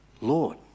Lord